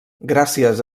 gràcies